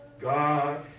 God